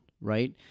right